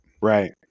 Right